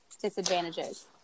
disadvantages